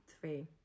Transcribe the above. Three